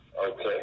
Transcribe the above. Okay